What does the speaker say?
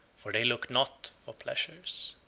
for they look not for pleasures.